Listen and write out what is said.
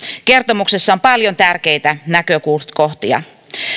on paljon tärkeitä näkökohtia